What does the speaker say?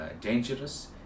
dangerous